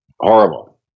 Horrible